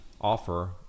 offer